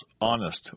honest